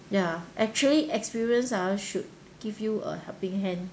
ya actually experience ah should give you a helping hand